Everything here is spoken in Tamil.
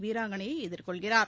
வீராங்கனையைஎதிர்கொள்கிறார்